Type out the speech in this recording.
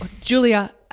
Julia